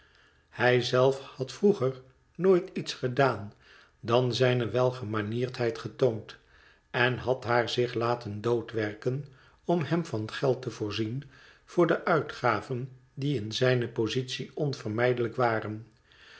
hij zelf had vroeger nooit iets gedaan dan zijne welgemanierdheid getoond en had haar zich laten doodwerken om hem van geld te voorzien voor de uitgaven die in zijne positie onvermijdelijk waren